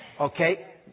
Okay